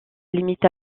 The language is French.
limite